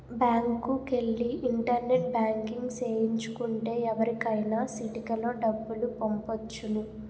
బ్యాంకుకెల్లి internet banking సేయించు కుంటే ఎవరికైనా సిటికలో డబ్బులు పంపొచ్చును